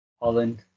Holland